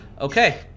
Okay